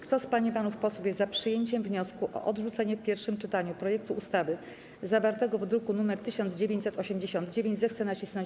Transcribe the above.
Kto z pań i panów posłów jest za przyjęciem wniosku o odrzucenie w pierwszym czytaniu projektu ustawy zawartego w druku nr 1989, zechce nacisnąć